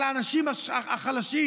אבל האנשים החלשים,